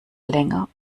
länger